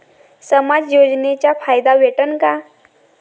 समाज योजनेचा फायदा भेटन का?